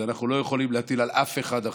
את זה אנחנו לא יכולים להטיל על אף אחד אחר,